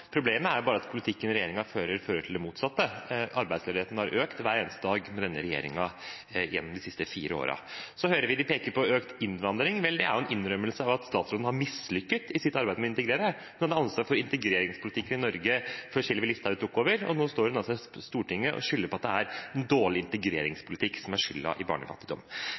Problemet er bare at politikken regjeringen fører, fører til det motsatte. Arbeidsledigheten har økt hver eneste dag med denne regjeringen gjennom de siste fire årene. Så hører vi de peker på økt innvandring. Vel, det er en innrømmelse av at statsråden mislyktes i sitt arbeid med å integrere mens hun hadde ansvaret for integreringspolitikken i Norge før Sylvi Listhaug tok over, og nå står hun i Stortinget og skylder på at det er en dårlig integreringspolitikk som er skyld i barnefattigdom.